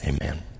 amen